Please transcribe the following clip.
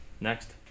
Next